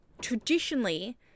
traditionally